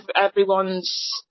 everyone's